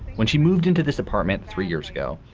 when she moved into this apartment three years ago,